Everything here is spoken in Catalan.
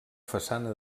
façana